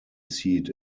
seat